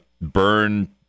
burn